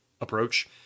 approach